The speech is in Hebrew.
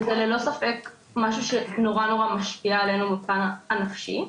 וזה ללא ספק משהו שנורא נורא משפיע עלינו בפן הנפשי.